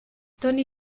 toni